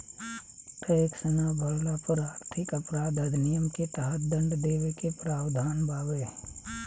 tax ना भरला पर आर्थिक अपराध अधिनियम के तहत दंड देवे के प्रावधान बावे